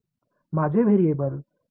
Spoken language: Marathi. माझे व्हेरिएबल y चे ऱ्हो आहे